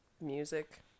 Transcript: music